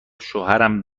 شوهرم